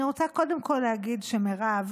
אני רוצה קודם כול להגיד שמירב